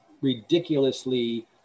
ridiculously